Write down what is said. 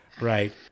right